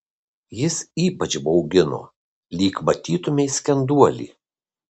jis ypač baugino lyg matytumei skenduolį